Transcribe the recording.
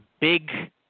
big